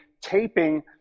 taping